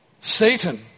Satan